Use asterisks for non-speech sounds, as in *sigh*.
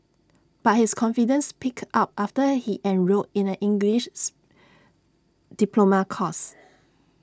but his confidence picked up after he enrolled in A English *unintelligible* diploma course